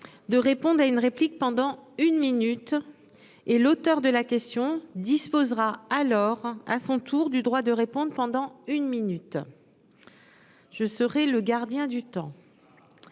de répondent à une réplique pendant une minute et l'auteur de la question disposera alors à son tour du droit de répondre pendant une minute. Je serai le gardien du temps,